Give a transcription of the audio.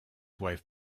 wife